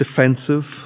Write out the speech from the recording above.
defensive